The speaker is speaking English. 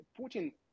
Putin